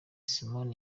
simon